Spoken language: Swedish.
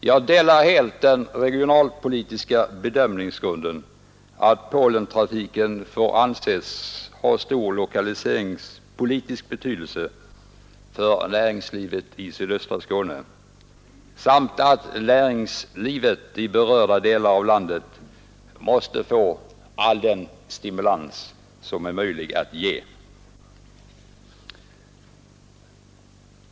Jag instämmer i den regionalpolitiska bedömningsgrunden att Polentrafiken får anses ha stor lokaliseringspolitisk betydelse för näringslivet i sydöstra Skåne samt att näringslivet i berörda delar av landet måste få all den stimulans som är möjlig att ge.